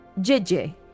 JJ